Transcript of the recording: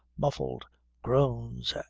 muffled groans,